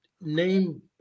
name